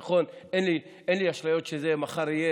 נכון, אין לי אשליות שזה יהיה מחר.